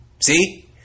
See